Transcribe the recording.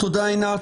תודה, עינת.